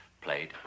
Played